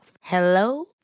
Hello